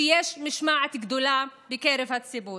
שיש משמעת גדולה בקרב הציבור.